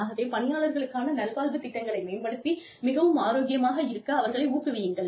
ஆகவே பணியாளர்களுக்கான நல்வாழ்வு திட்டங்களை மேம்படுத்தி மிகவும் ஆரோக்கியமாக இருக்க அவர்களை ஊக்குவியுங்கள்